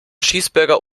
cheeseburger